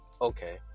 okay